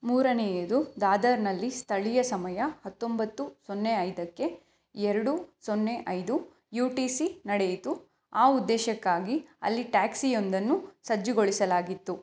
ಮೂರನೆಯದು ದಾದರ್ನಲ್ಲಿ ಸ್ಥಳೀಯ ಸಮಯ ಹತ್ತೊಂಬತ್ತು ಸೊನ್ನೆ ಐದಕ್ಕೆ ಎರಡು ಸೊನ್ನೆ ಐದು ಯು ಟಿ ಸಿ ನಡೆಯಿತು ಆ ಉದ್ದೇಶಕ್ಕಾಗಿ ಅಲ್ಲಿ ಟ್ಯಾಕ್ಸಿಯೊಂದನ್ನು ಸಜ್ಜುಗೊಳಿಸಲಾಗಿತ್ತು